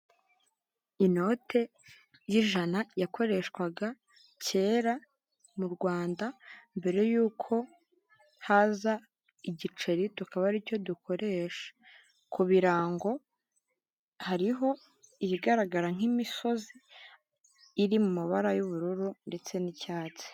Inote y'ijana yakoreshwaga kera mu Rwanda mbere yuko haza igiceri tukaba aricyo dukoresha. Ku birango hariho ibigaragara nk'imisozi iri mu mabara y'ubururu ndetse n'icyatsi.